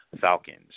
Falcons